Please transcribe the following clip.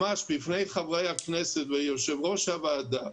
ממש בפני חברי הכנסת, ויושב-ראש הוועדה,